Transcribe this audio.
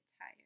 tired